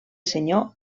senyor